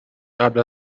قبل